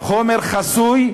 נגמר הזמן.